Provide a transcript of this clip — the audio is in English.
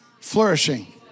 flourishing